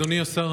אדוני השר,